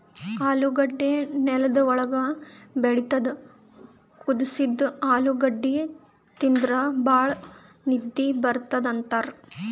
ಆಲೂಗಡ್ಡಿ ನೆಲ್ದ್ ಒಳ್ಗ್ ಬೆಳಿತದ್ ಕುದಸಿದ್ದ್ ಆಲೂಗಡ್ಡಿ ತಿಂದ್ರ್ ಭಾಳ್ ನಿದ್ದಿ ಬರ್ತದ್ ಅಂತಾರ್